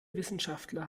wissenschaftler